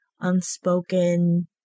unspoken